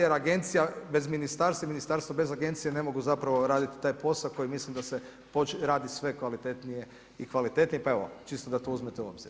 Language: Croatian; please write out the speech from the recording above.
Jer agencija bez ministarstva i ministarstvo bez agencije, ne mogu zapravo raditi taj posao, koji mislim da se radi sve kvalitetnije i kvalitetnije, pa evo, čisto da to uzmete u obzir.